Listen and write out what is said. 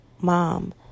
mom